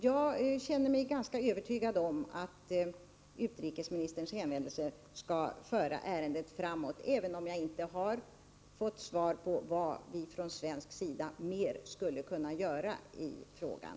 Jag känner mig ganska övertygad om att utrikesministerns hänvändelse skall föra ärendet framåt, även om jag inte fått svar på vad vi från svensk sida mer skulle kunna göra i frågan.